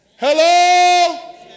Hello